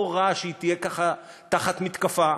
לא רע שהיא תהיה ככה, תחת מתקפה.